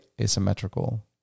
asymmetrical